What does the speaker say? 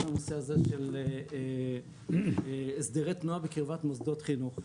הנושא הזה של הסדרי תנועה בקרבת מוסדות חינוך.